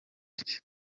iki